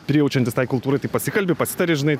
prijaučiantis tai kultūrai tai pasikalbi pasitari žinai